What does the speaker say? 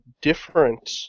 different